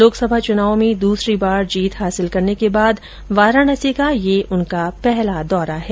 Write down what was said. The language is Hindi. लोकसभा चुनाव में दूसरी बार जीत हासिल करने के बाद वाराणसी का ये उनका पहला दौरा है